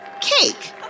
Cake